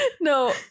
No